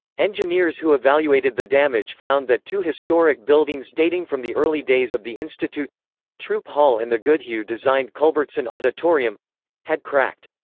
engineers who evaluated the damage found that two historic buildings dating from the early days of the institute throop hall and the goodhue-designed culbertson auditorium had cracked.